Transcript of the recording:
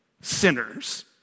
sinners